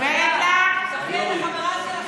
שקד החברה שלכם שנתנה